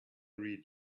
read